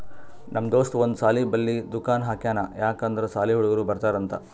ನಮ್ ದೋಸ್ತ ಒಂದ್ ಸಾಲಿ ಬಲ್ಲಿ ದುಕಾನ್ ಹಾಕ್ಯಾನ್ ಯಾಕ್ ಅಂದುರ್ ಸಾಲಿ ಹುಡುಗರು ಬರ್ತಾರ್ ಅಂತ್